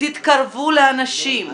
תתקרבו לאנשים,